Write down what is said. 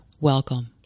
Welcome